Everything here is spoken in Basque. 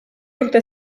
urte